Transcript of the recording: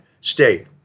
state